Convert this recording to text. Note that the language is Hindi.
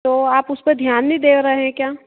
तो आप उस पर ध्यान नहीं दे रहे हैं क्या